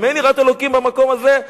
אם אין יראת ה' במקום הזה,